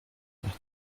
nach